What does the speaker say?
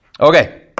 Okay